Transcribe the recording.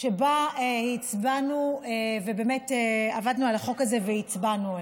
שבה באמת עבדנו על החוק הזה והצבענו עליו.